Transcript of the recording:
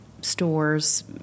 store's